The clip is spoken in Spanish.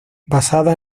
basada